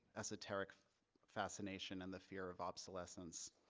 esoteric fascination and the fear of obsolescence.